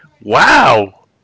Wow